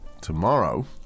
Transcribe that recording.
Tomorrow